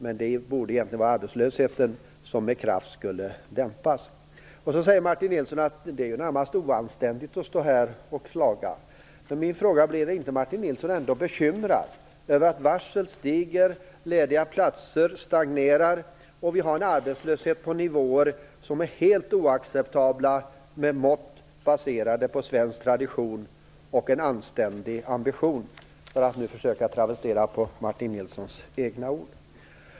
Men det borde egentligen vara arbetslösheten som med kraft skall dämpas. Martin Nilsson säger att det är närmast oanständigt att stå här och klaga. Min fråga är om Martin Nilsson ändå inte blir bekymrad över att varslen ökar, att antalet lediga platser stagnerar och att vi har en arbetslöshet på en nivå som är helt oacceptabel med mått baserade på svensk tradition och en anständig ambition - för att nu försöka travestera Martin Nilssons egna ord.